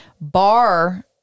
bar